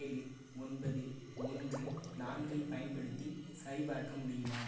ஏழு ஒன்பது ஒன்று நான்கைப் பயன்படுத்தி சரிபார்க்க முடியுமா